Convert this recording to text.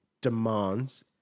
demands